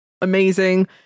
amazing